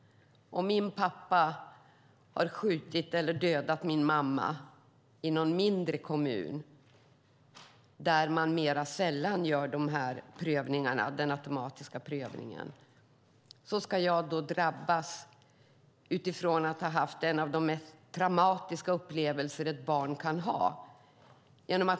Om min pappa har skjutit och dödat min mamma i någon mindre kommun där man mer sällan gör den automatiska prövningen ska jag drabbas efter att ha haft en av de mest traumatiska upplevelser ett barn kan ha.